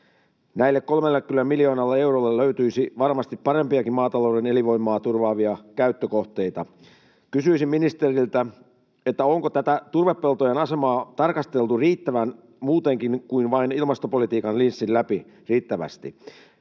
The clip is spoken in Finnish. Näille 30 miljoonalle eurolle löytyisi varmasti parempiakin maatalouden elinvoimaa turvaavia käyttökohteita. Kysyisin ministeriltä: onko tätä turvepeltojen asemaa tarkasteltu riittävästi muutenkin kuin vain ilmastopolitiikan linssin läpi? Ei voi